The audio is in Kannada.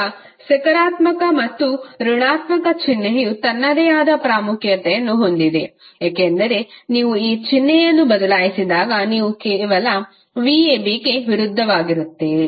ಈಗ ಸಕಾರಾತ್ಮಕ ಮತ್ತು ಋಣಾತ್ಮಕ ಚಿಹ್ನೆಯು ತನ್ನದೇ ಆದ ಪ್ರಾಮುಖ್ಯತೆಯನ್ನು ಹೊಂದಿದೆ ಏಕೆಂದರೆ ನೀವು ಚಿಹ್ನೆಯನ್ನು ಬದಲಾಯಿಸಿದಾಗ ನೀವು ಕೇವಲ vabಗೆ ವಿರುದ್ಧವಾಗಿರುತ್ತೀರಿ